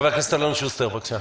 חבר הכנסת אלון שוסטר, בבקשה.